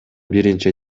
биринчи